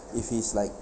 if he's like